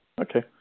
Okay